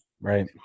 Right